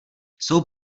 jsou